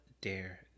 dare